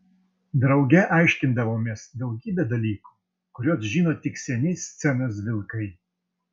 drauge aiškindavomės daugybę dalykų kuriuos žino tik seni scenos vilkai